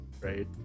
right